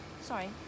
sorry